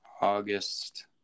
August